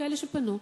כאלה שפנו,